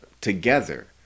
together